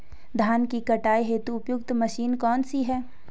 धान की कटाई हेतु उपयुक्त मशीन कौनसी है?